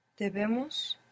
Debemos